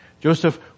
Joseph